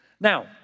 Now